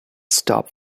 stop